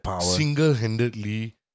single-handedly